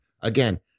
Again